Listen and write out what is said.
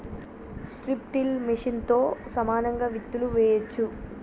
strip till మెషిన్తో సమానంగా విత్తులు వేయొచ్చు